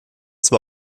zwar